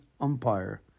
umpire